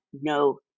no